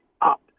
up